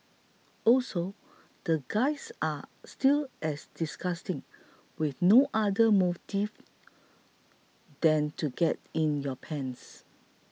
also the guys are still as disgusting with no other motives than to get in your pants